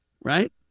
right